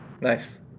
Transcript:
nice